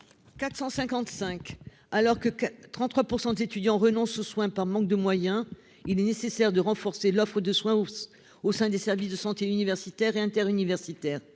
Marco. Alors que 33 % des étudiants renoncent à des soins par manque de moyens, il est nécessaire de renforcer l'offre des services de santé universitaire et interuniversitaire.